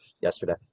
yesterday